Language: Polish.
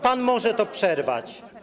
Pan może to przerwać.